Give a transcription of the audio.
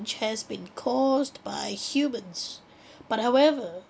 has been caused by humans but however